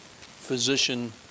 physician